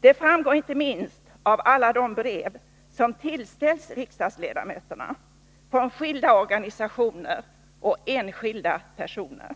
Det framgår inte minst av alla brev som tillställts riksdagsledamöterna från skilda organisationer och enskilda personer.